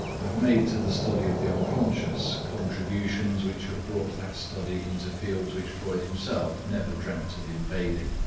have made to the study of the unconscious, contributions which have brought that study into fields which freud himself never dreamt of invading.